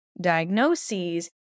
diagnoses